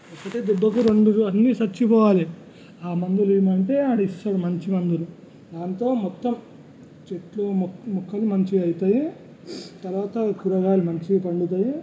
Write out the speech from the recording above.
అంటే దెబ్బకి రెండూ అన్నీ చచ్చిపోవాలి ఆ మందులు ఇయ్యమంటే ఆడు ఇస్తాడు మంచి మందులు దాంతో మొత్తం చెట్లు మొక్క మొక్కలు మంచిగా అయితాయి తర్వాత కూరగాయలు మంచిగా పండుతాయి